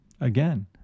Again